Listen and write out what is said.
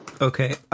Okay